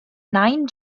nine